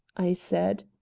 i said.